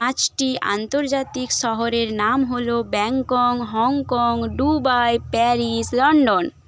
পাঁচটি আন্তর্জাতিক শহরের নাম হলো Bangkok Hong Kong Dubai Paris London